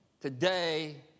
today